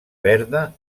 verda